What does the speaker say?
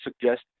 suggest